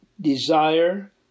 desire